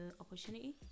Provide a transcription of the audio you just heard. opportunity